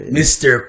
mr